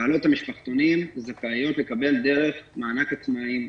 בעלות המשפחתונים זכאיות לקבל דרך מענק העצמאים.